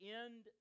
end